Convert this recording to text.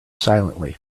silently